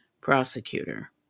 prosecutor